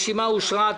הרשימה אושרה.